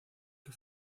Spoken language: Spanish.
que